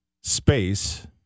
space